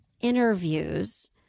interviews